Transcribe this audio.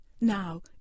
Now